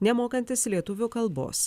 nemokantis lietuvių kalbos